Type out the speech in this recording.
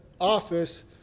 office